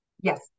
Yes